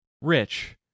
rich